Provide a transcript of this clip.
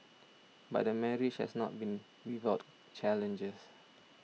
but the marriage has not been without challenges